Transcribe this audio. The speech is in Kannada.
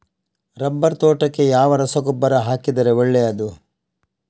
ರಬ್ಬರ್ ತೋಟಕ್ಕೆ ಯಾವ ರಸಗೊಬ್ಬರ ಹಾಕಿದರೆ ಒಳ್ಳೆಯದು?